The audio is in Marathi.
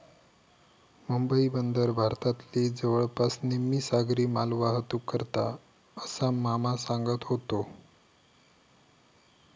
मुंबई बंदर भारतातली जवळपास निम्मी सागरी मालवाहतूक करता, असा मामा सांगत व्हतो